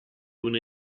una